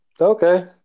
Okay